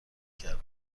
کرد